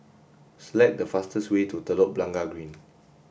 select the fastest way to Telok Blangah Green